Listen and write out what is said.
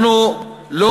אנחנו לא